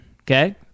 okay